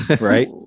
Right